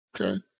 Okay